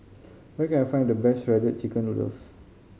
where can I find the best Shredded Chicken Noodles